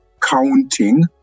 counting